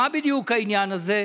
מה בדיוק העניין הזה?